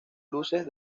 luces